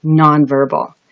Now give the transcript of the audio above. nonverbal